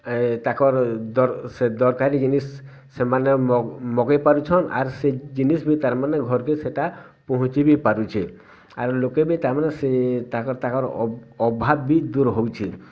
ତାଙ୍କର ସେ ଦରକାରୀ ଜିନିଷ ସେମାନେ ମଗାଇ ପାରୁଛନ ଆର ସେ ଜିନିଷ ବି ତା'ର ମାନେ ଘରକେ ସେଟା ପହଞ୍ଚି ବି ପାରୁଛେ ଆରୁ ଲୋକେ ବି ତା'ମାନେ ସେଇ ତାଙ୍କର ତାଙ୍କର ଅଭାବ ବି ଦୂର ହେଉଛି